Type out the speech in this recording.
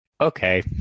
Okay